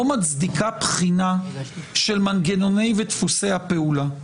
מצדיקה בחינה של מנגנוני ודפוסי הפעולה.